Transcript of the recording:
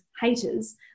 haters